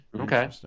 Okay